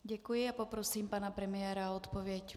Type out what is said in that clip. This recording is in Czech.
Děkuji a poprosím pana premiéra o odpověď.